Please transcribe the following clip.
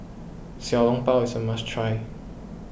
Xiao Long Bao is a must try